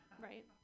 right